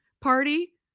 party